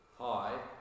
Hi